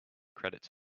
credits